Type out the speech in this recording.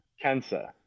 cancer